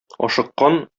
ашыккан